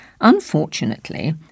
Unfortunately